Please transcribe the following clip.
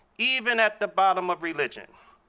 even at the bottom of religion,